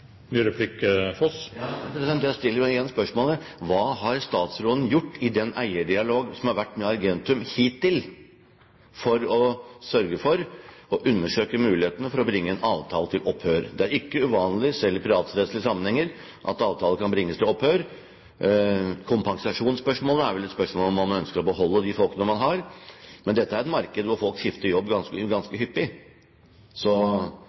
Ja, jeg stiller igjen spørsmålet: Hva har statsråden gjort i den eierdialog som har vært med Argentum hittil, for å sørge for å undersøke mulighetene for å bringe en avtale til opphør? Det er ikke uvanlig – selv i privatrettslige sammenhenger – at avtaler kan bringes til opphør. Kompensasjonsspørsmålet er vel et spørsmål om man ønsker å beholde de folkene man har, men dette er et marked hvor folk skifter jobb ganske hyppig. Så